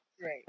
Right